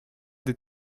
des